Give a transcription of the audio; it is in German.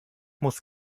muss